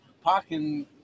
parking